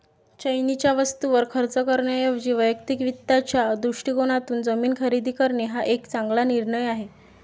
चैनीच्या वस्तूंवर खर्च करण्याऐवजी वैयक्तिक वित्ताच्या दृष्टिकोनातून जमीन खरेदी करणे हा एक चांगला निर्णय आहे